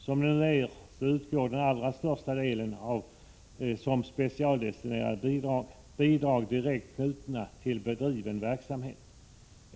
Som det nu är, utgår den allra största delen som specialdestinerade bidrag, bidrag direkt knutna till bedriven verksamhet.